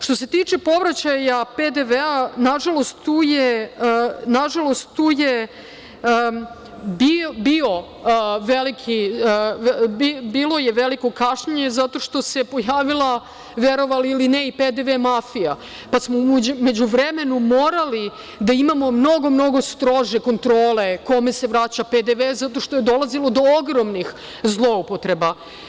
Što se tiče povraćaja PDV, na žalost tu je bilo veliko kašnjenje zato što se pojavila, verovali ili ne, PDV mafija pa smo u međuvremenu morali da imamo mnogo strože kontrole kome se vraća PDV zato što je dolazilo do ogromnih zloupotreba.